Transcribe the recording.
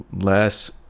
less